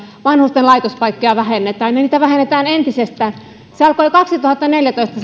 vanhusten laitospaikkoja vähennetään niitä vähennetään entisestään se vähentäminen alkoi jo kaksituhattaneljätoista